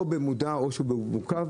או במודע או שהוא מעוכב,